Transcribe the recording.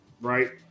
right